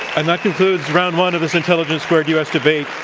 and that concludes round one of this intelligence squared u. s. debate,